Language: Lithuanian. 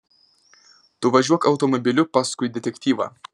tu važiuok automobiliu paskui detektyvą